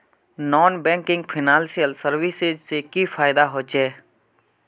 Non banking financial services से की फायदा होचे?